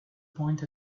point